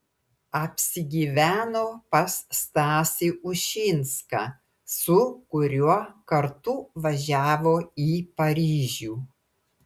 apsigyveno pas stasį ušinską su kuriuo kartu važiavo į paryžių